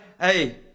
Hey